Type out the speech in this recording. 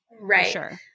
Right